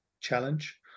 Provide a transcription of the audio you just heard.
challenge